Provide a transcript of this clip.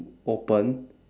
open